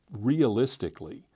realistically